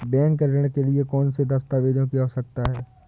Bank ऋण के लिए कौन से दस्तावेजों की आवश्यकता है?